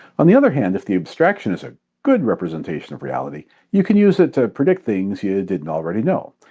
on the other hand, if the abstraction is a good representation of reality, you can use it to predict things you didn't already know.